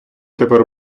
тепер